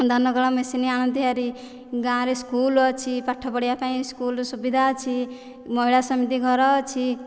ଧାନକଳ machine ଆଣନ୍ତି ହେରି ଗାଁରେ ସ୍କୁଲ୍ ଅଛି ପାଠ ପଢ଼ିବା ପାଇଁ ସ୍କୁଲ୍ ସୁବିଧା ଅଛି ମହିଳା ସମିତି ଘର ଅଛି